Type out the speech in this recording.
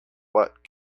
what